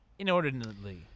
Inordinately